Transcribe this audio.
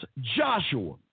Joshua